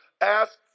ask